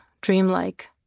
dreamlike